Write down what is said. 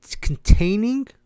containing